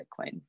Bitcoin